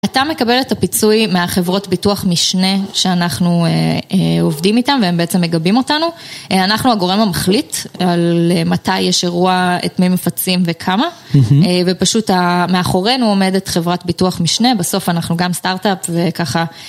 אתה מקבל את הפיצוי מהחברות ביטוח משנה שאנחנו עובדים איתן, והן בעצם מגבים אותנו. אנחנו הגורם המחליט על מתי יש אירוע, את מי מפצים וכמה. ופשוט מאחורינו עומדת חברת ביטוח משנה, בסוף אנחנו גם סטארט-אפ וככה.